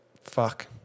Fuck